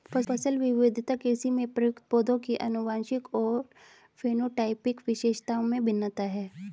फसल विविधता कृषि में प्रयुक्त पौधों की आनुवंशिक और फेनोटाइपिक विशेषताओं में भिन्नता है